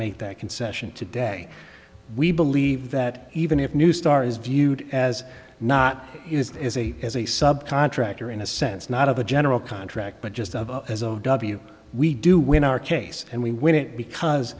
make that concession today we believe that even if new star is viewed as not as a as a subcontractor in a sense not of a general contract but just of as o w we do win our case and we win it because